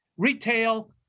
Retail